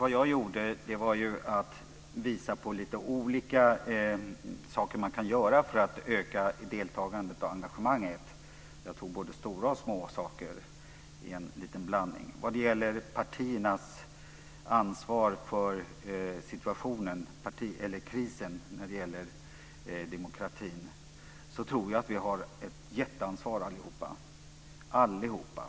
Herr talman! Jag visade på lite olika saker som man kan göra för att öka deltagandet och engagemanget. Jag tog både stora och små saker i en blandning. Vad gäller partiernas ansvar för situationen eller krisen när det gäller demokratin så tror jag att vi allihop har ett jätteansvar - allihop!